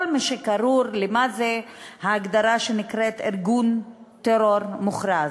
כל מה שכרוך: מה זה ההגדרה שנקראת "ארגון טרור מוכרז",